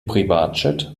privatjet